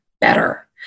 better